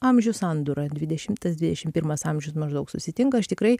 amžių sandūra dvidešimtas dvidešim pirmas amžius maždaug susitinka aš tikrai